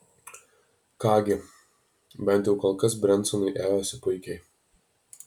ką gi bent jau kol kas brensonui ėjosi puikiai